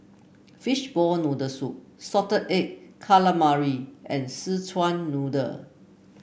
Fishball Noodle Soup Salted Egg Calamari and Szechuan Noodle